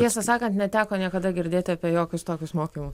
tiesą sakant neteko niekada girdėti apie jokius tokius mokymus